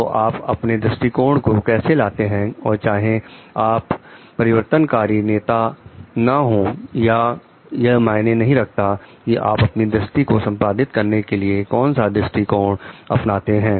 तो आप अपने दृष्टिकोण को कैसे लाते हैं और चाहे आप शूटिंग परिवर्तनकारी नेता ना हो या यह मायने नहीं रखता कि आप अपनी दृष्टि को संपादित करने के लिए कौन सा दृष्टिकोण अपनाते हैं